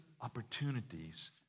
opportunities